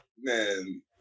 man